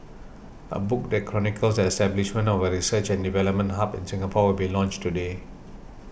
a book that chronicles the establishment of a research and development hub in Singapore will be launched today